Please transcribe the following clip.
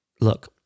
look